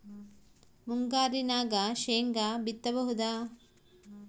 ಮುಂಗಾರಿನಾಗ ಶೇಂಗಾ ಬಿತ್ತಬಹುದಾ?